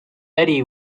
eddie